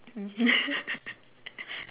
mmhmm